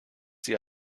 sie